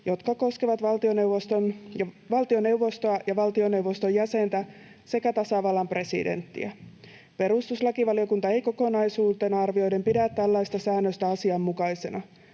jotka koskevat valtioneuvostoa ja valtioneuvoston jäsentä sekä tasavallan presidenttiä”. Perustuslakivaliokunta ei kokonaisuutena arvioiden pidä tällaista säännöstä asianmukaisena.